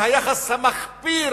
היחס המחפיר,